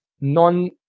non